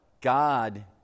God